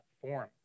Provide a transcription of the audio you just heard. form